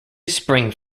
spring